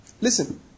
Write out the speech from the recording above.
Listen